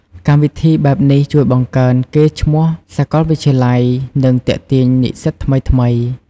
កម្មវិធីបែបនេះជួយបង្កើនកេរ្តិ៍ឈ្មោះសាកលវិទ្យាល័យ និងទាក់ទាញនិស្សិតថ្មីៗ។